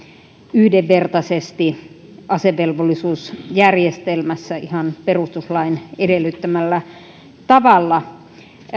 yhdenvertaisesti asevelvollisuusjärjestelmässä ihan perustuslain edellyttämällä tavalla